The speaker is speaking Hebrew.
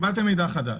קיבלתם מידע חדש,